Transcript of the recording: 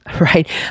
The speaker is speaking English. right